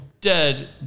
dead